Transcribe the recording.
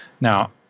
Now